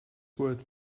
worth